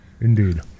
Indeed